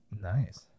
Nice